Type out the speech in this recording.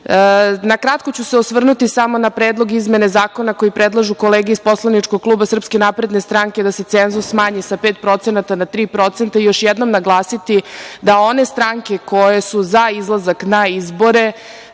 kratko ću se osvrnuti samo na predlog izmene zakona, koju predlažu kolege iz poslaničkog kluba SNS, da se cenzus smanji sa 5% na 3% i još jednom naglasiti da one stranke koje su za izlazak na izbore